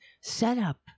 setup